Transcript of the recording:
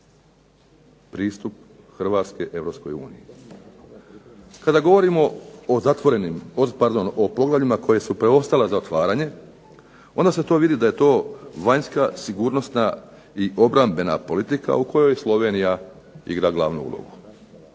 pristup Hrvatske EU. Kada govorimo o zatvorenim, pardon, o poglavljima koja su preostala za otvaranje, onda se to vidi da je to vanjska, sigurnosna i obrambena politika u kojoj Slovenija igra glavnu ulogu.